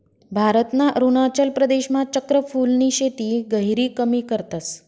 भारतना अरुणाचल प्रदेशमा चक्र फूलनी शेती गहिरी कमी करतस